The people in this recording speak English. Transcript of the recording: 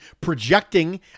projecting